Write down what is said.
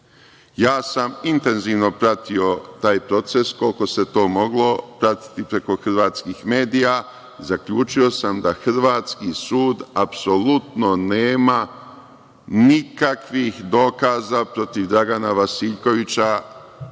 presude. Intenzivno sam pratio taj proces, koliko se to moglo pratiti preko hrvatskih medija i zaključio sam da hrvatski sud apsolutno nema nikakvih dokaza protiv Dragana Vasiljkovića,